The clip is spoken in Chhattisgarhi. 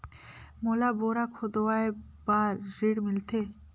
मोला बोरा खोदवाय बार ऋण मिलथे?